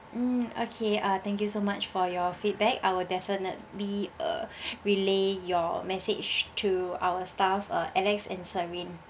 mm okay uh thank you so much for your feedback I will definitely uh relay your message to our staff uh alex and serene